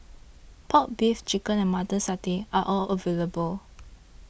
Pork Beef Chicken and Mutton Satay are all available